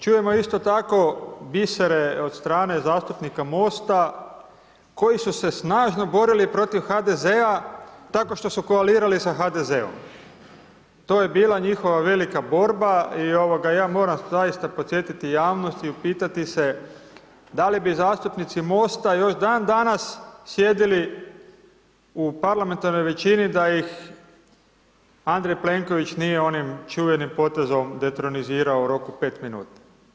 Čujemo isto tako bisere od strane zastupnika MOST-a koji su se snažno borili protiv HDZ-a, tako da su koalirali s HDZ-om, to je bila njihova velika borba i ovoga, ja moram zaista podsjetiti javnost i upitati se da li bi zastupnici MOST-a još dan danas sjedili u parlamentarnoj većini da ih Andrej Plenković nije onim čuvenim potezom detronizirao u roku 5 minuta.